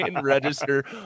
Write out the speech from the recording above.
register